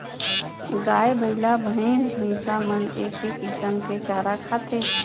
गाय, बइला, भईंस भईंसा मन एके किसम के चारा खाथें